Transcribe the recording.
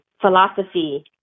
philosophy